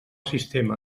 sistema